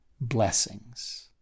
blessings